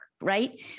right